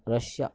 Russia